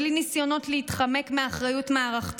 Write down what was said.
בלי ניסיונות להתחמק מאחריות מערכתית,